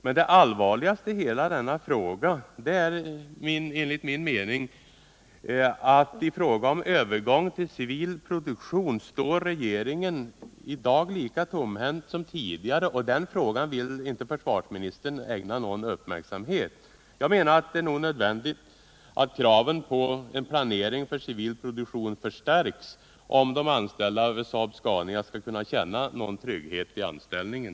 Men det allvarligaste i hela denna fråga är enligt min mening att när det gäller övergång till civil produktion står Om planerna på ett nytt svenskt stridsflygplan för 1990-talet Om planerna på ett nytt svenskt : stridsflygplan för 1990-talet regeringen i dag lika tomhänt som tidigare. Den frågan vill cmellertid försvarsministern inte ägna någon uppmärksamhet. Det är nog nödvändigt att kraven på en civil produktion förstärks, om de anställda vid Saab-Scania skall kunna känna någon trygghet i anställningen.